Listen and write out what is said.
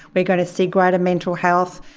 we're going to see greater mental health,